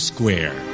Square